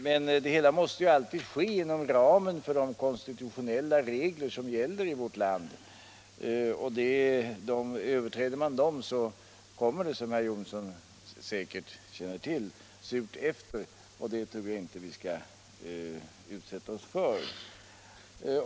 Men det måste ju alltid ske inom ramen för de konstitutionella regler som gäller i vårt land. Överträder man dem så kommer det, som herr Jonsson säkert känner till, surt efter, och det tror jag inte vi skall utsätta oss för.